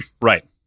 right